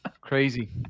Crazy